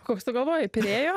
koks tu galvojai pirėjo